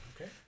Okay